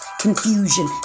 confusion